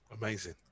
Amazing